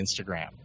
Instagram